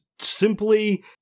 simply